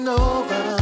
over